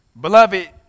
Beloved